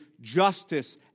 justice